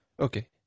Okay